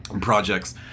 projects